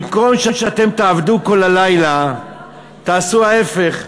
במקום שאתם תעבדו כל הלילה תעשו ההפך: